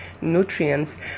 nutrients